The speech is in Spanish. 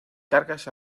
cargas